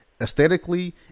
aesthetically